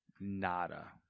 nada